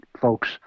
folks